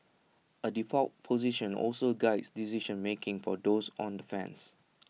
A default position also Guides decision making for those on the fence